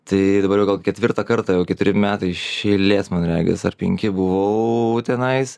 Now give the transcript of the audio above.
tai dabar gal jau ketvirtą kartą jau keturi metai iš eilės man regis ar penki buvau tenais